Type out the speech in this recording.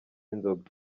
inzoga